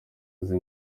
uzi